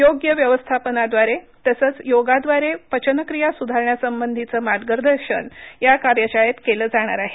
योग्य व्यवस्थापनाव्दारे तसंच योगाव्दारे पचनक्रीया स्धाण्यासंबंधीचे मार्गदर्शन या कार्यशाळेत केलं जाणार आहे